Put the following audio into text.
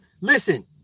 listen